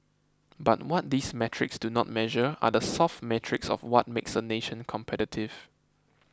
but what these metrics do not measure are the soft metrics of what makes a nation competitive